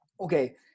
okay